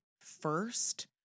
first